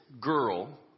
girl